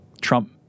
Trump